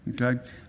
Okay